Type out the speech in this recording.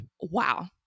Wow